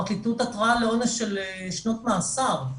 הפרקליטות עתרה לעונש של שנות מאסר.